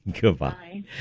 Goodbye